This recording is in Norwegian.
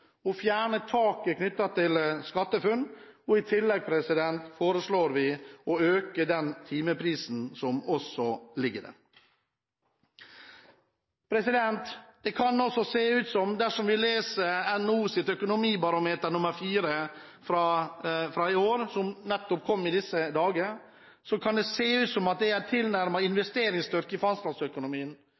å fjerne taket knyttet til SkatteFUNN, og i tillegg foreslår vi å øke den timeprisen som også ligger der. Det kan også, dersom vi leser NHOs økonomibarometer nr. 4 fra i år som kom i disse dager, se ut som at det er en tilnærmet investeringstørke i fastlandsøkonomien.